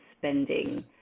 spending